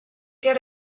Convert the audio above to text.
get